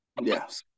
Yes